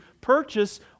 purchase